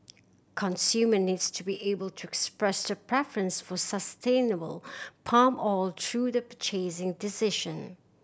consumer needs to be able to express their preference for sustainable palm oil through their purchasing decision